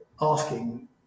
asking